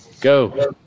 Go